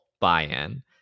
buy-in